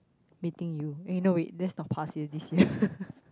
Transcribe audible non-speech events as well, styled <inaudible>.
meeting you eh no wait that's not past year this year <laughs>